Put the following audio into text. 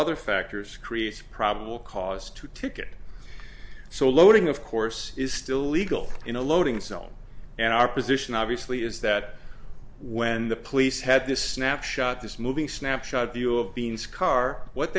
other factors creates probable cause to ticket so loading of course is still legal in a loading zone and our position obviously is that when the police had this snapshot this moving snapshot view of beings car what